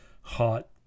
hot